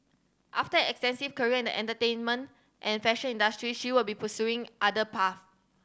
after extensive career and the entertainment and fashion industries she would be pursuing other path